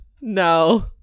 no